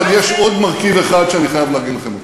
אבל יש עוד מרכיב אחד שאני חייב להגיד לכם אותו,